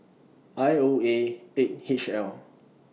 I O A eight H L